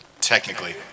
Technically